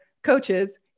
coaches